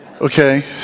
okay